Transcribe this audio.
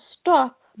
stop